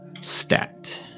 stat